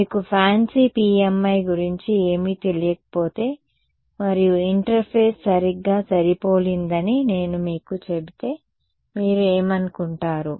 మీకు fancy PMI గురించి ఏమీ తెలియకపోతే మరియు ఇంటర్ఫేస్ సరిగ్గా సరిపోలిందని నేను మీకు చెబితే మీరు ఏమనుకుంటారు